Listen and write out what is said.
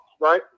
right